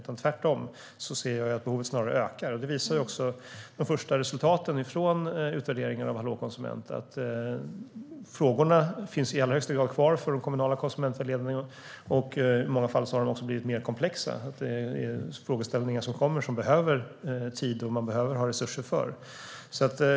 Tvärtom ser jag att behovet ökar, och de första resultaten från utvärderingen av Hallå konsument visar också att frågorna i allra högsta grad finns kvar för den kommunala konsumentvägledningen. I många fall har frågeställningarna också blivit mer komplexa och behöver mer tid, och det behöver man ha resurser till.